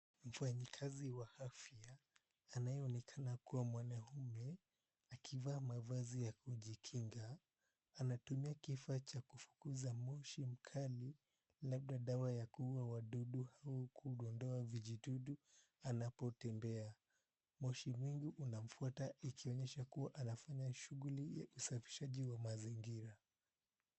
Mfanyikazi wa afya anayeonekana kuwa mwanaume akivaa mavazi ya kujikinga anatumia kifaa ya kufukuza moshi kali, labda dawa ya kuzuia wadudu au kudondoa vijidudu anaotembea. Moshi mwingi unamfuata ikionyesha kuwa anafanya shughuli ya usafishaji wa mazingira.